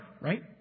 right